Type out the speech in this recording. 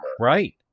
right